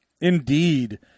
Indeed